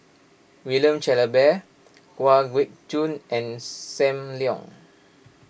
William Shellabear Kwa Geok Choo and Sam Leong